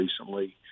recently